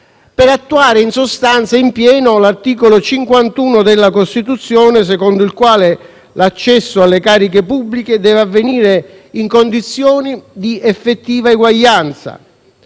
per attuare, in sostanza, in pieno l'articolo 51 della Costituzione secondo il quale l'accesso alle cariche pubbliche deve avvenire in condizioni di effettiva eguaglianza,